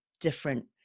different